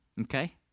Okay